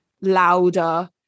louder